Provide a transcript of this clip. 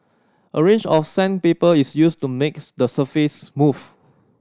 a range of sandpaper is used to makes the surface smooth